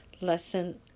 lesson